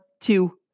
two